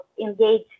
engage